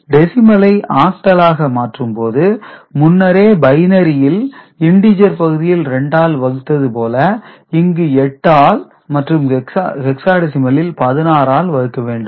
டெசிமலை ஆகடலாக மாற்றும்போது முன்னரே பைனரியில் இண்டீஜர் பகுதியில் 2 ஆல் வகுத்தது போல இங்கு 8 ஆல் மற்றும் ஹெக்சாடெசிமலில் 16 ஆல் வகுக்க வேண்டும்